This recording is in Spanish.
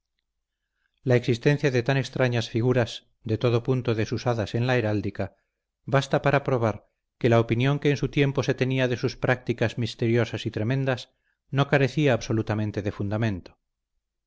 la existencia de tan extrañas figuras de todo punto desusadas en la heráldica basta para probar que la opinión que en su tiempo se tenía de sus prácticas misteriosas y tremendas no carecía absolutamente de fundamento